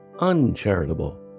uncharitable